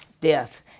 death